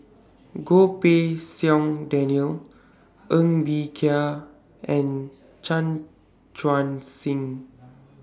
Goh Pei Siong Daniel Ng Bee Kia and Chan Chuan Sing